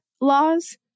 laws